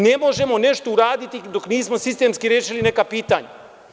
Ne možemo nešto uraditi dok nismo sistemski rešili neka pitanja.